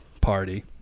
party